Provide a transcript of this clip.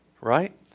right